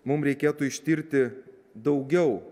mum reikėtų ištirti daugiau